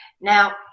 Now